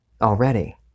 already